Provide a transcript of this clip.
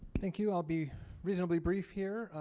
thank you i'll be reasonably brief here.